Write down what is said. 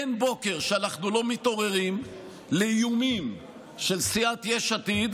אין בוקר שאנחנו לא מתעוררים לאיומים של סיעת יש עתיד,